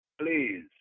please